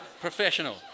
professional